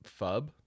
Fub